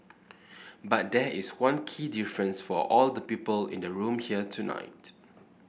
but there is one key difference for all the people in the room here tonight